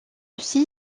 aussi